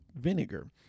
vinegar